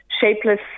shapeless